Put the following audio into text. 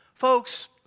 Folks